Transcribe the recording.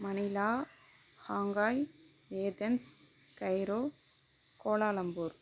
Manila Hong Kong Athens Cairo Kuala Lumpur